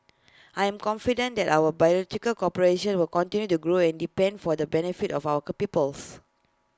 I'm confident that our cooperation will continue to grow and deepen for the benefit of our co peoples